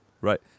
Right